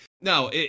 no